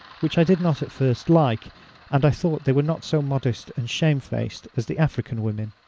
which i did not at first like and i thought they were not so modest and shamefaced as the african women.